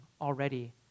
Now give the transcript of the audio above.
already